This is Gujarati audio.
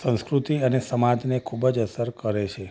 સંસ્કૃતિ અને સમાજને ખૂબ જ અસર કરે છે